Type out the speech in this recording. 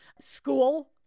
school